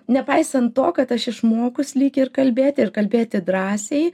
nepaisant to kad aš išmokus lyg ir kalbėti ir kalbėti drąsiai